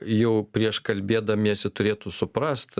jau prieš kalbėdamiesi turėtų suprast